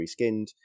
Reskinned